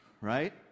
Right